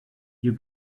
you